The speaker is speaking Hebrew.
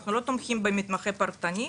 אנחנו לא תומכים במתמחה פרטני,